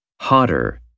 Hotter